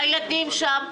הילדים שם,